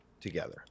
together